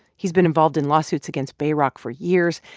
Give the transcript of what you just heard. he's been involved in lawsuits against bayrock for years,